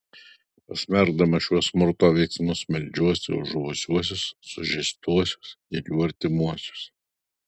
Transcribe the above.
pasmerkdamas šiuos smurto veiksmus meldžiuosi už žuvusiuosius sužeistuosius ir jų artimuosius